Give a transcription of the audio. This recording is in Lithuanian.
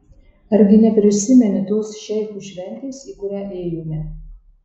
argi neprisimeni tos šeicho šventės į kurią ėjome